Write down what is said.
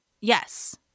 Yes